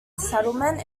settlement